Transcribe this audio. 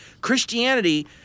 Christianity